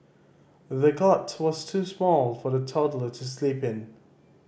the cot was too small for the toddler to sleep in